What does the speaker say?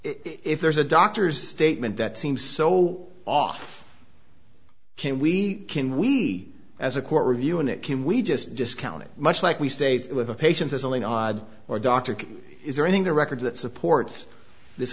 if there's a doctor's statement that seems so off can we can we as a court review and it can we just discount it much like we state it with a patient as only odd or doctor is there i think the records that supports this